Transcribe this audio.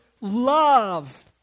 love